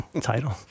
Title